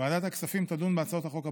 ועדת הכספים תדון בהצעות חוק הבאות: